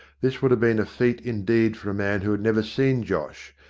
this would have been a feat indeed for a man who had never seen josh,